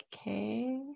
Okay